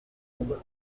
monde